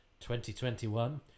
2021